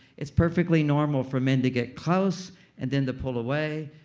it's perfectly normal for men to get close and then to pull away.